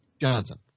Johnson